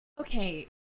Okay